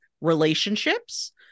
relationships